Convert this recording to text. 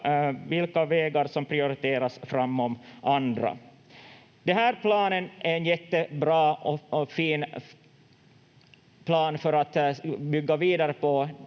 vilka vägar som prioriteras framom andra. Den här planen är en jättebra och fin plan att bygga vidare